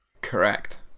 Correct